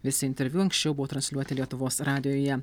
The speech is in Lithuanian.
visi interviu anksčiau buvo transliuoti lietuvos radijuje